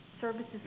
services